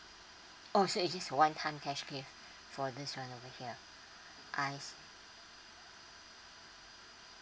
oh so it's just for one time cash gift for this one over here I see